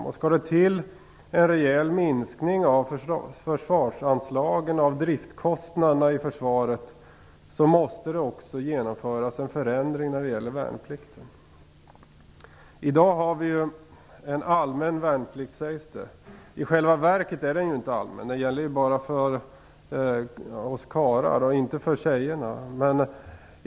Om man skall göra en rejäl minskning av försvarsanslaget och av driftkostnaderna i försvaret, måste man också genomföra en förändring av värnplikten. I dag har vi en allmän värnplikt, sägs det. I själva verket är den inte allmän. Den gäller bara för oss karlar och inte för tjejerna.